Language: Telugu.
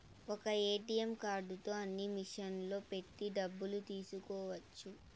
ఒక్క ఏటీఎం కార్డుతో అన్ని మిషన్లలో పెట్టి డబ్బులు తీసుకోవచ్చు